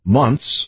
months